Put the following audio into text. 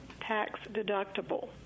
tax-deductible